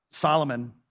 Solomon